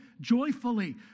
joyfully